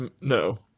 No